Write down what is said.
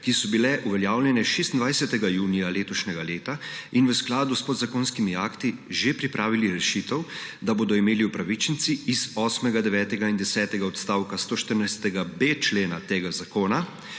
ki so bile uveljavljene 26. junija letošnjega leta, in v skladu s podzakonskimi akti že pripravili rešitev, da bodo imeli upravičenci iz osmega, devetega in desetega odstavka 114.b člena tega zakona